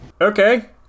Okay